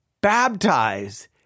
baptize